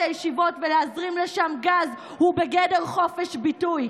הישיבות ולהזרים לשם גז" הוא בגדר חופש ביטוי.